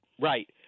Right